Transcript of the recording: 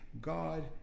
God